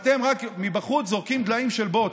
אתם מבחוץ רק זורקים דליים של בוץ.